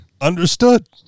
Understood